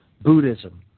Buddhism